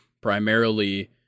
primarily